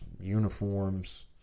uniforms